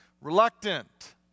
reluctant